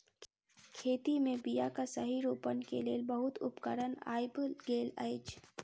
खेत मे बीयाक सही रोपण के लेल बहुत उपकरण आइब गेल अछि